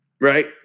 Right